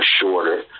shorter